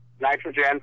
Nitrogen